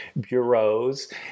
bureaus